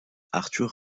arthur